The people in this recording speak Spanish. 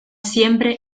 siempre